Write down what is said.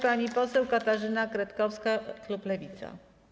Pani poseł Katarzyna Kretkowska, klub Lewica.